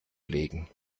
legen